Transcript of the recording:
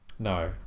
No